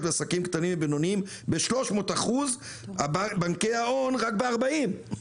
ומעסקים קטנים ובינוניים ב-300%; בנקי ההון רק ב-40%.